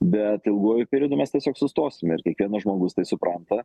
bet ilguoju periodu mes tiesiog sustosime ir kiekvienas žmogus tai supranta